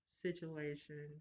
situation